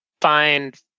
Find